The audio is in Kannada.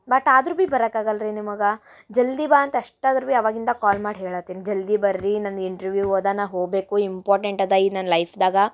ಬಟ್ ಆದರೂ ಬಿ ಬರಕ್ಕೆ ಆಗಲ್ಲ ರೀ ನಿಮಗೆ ಜಲ್ದಿ ಬಾ ಅಂತ ಅಷ್ಟಾದರು ಬಿ ಅವಾಗಿಂದ ಕಾಲ್ ಮಾಡಿ ಹೇಳತ್ತೀನಿ ಜಲ್ದಿ ಬರ್ರಿ ನಾನು ಇಂಟ್ರ್ವ್ಯೂವ್ ಹೋದನ ಹೋಗಬೇಕು ಇಂಪಾರ್ಟೆಂಟ್ ಅದ ಇದು ನನ್ನ ಲೈಪ್ದಾಗ